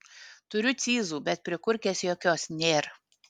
turiu cyzų bet prikurkės jokios nėr